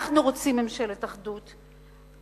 אנחנו רוצים ממשלת אחדות,